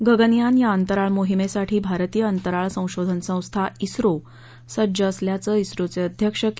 गगनयान या अंतराळ मोहिमेसाठी भारतीय अंतराळ संशोधन संस्था इस्रो सज्ज असल्याचं इस्रोचे अध्यक्ष के